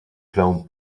clown